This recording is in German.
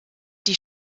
die